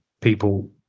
people